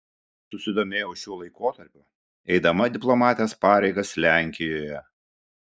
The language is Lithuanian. susidomėjau šiuo laikotarpiu eidama diplomatės pareigas lenkijoje